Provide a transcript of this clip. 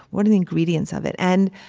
what are the ingredients of it? and